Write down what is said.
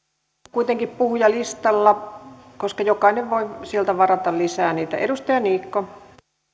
kuitenkin puhujalistalla koska jokainen voi sieltä varata lisää edustaja niikko